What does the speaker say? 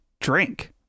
drink